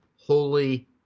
Holy